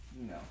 No